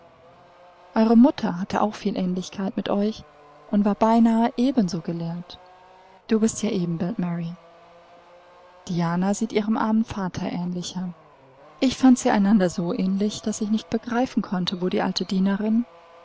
eure mutter hatte auch viel ähnlichkeit mit euch und war beinahe ebenso gelehrt du bist ihr ebenbild mary diana sieht ihrem armen vater ähnlicher ich fand sie einander so ähnlich daß ich nicht begreifen konnte wo die alte dienerin